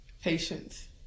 Patience